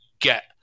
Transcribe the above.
get